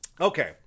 Okay